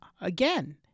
again